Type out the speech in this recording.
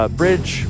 bridge